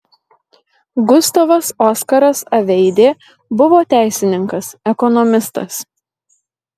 gustavas oskaras aveidė buvo teisininkas ekonomistas